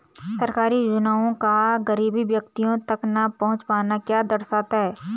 सरकारी योजनाओं का गरीब व्यक्तियों तक न पहुँच पाना क्या दर्शाता है?